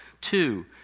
Two